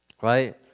Right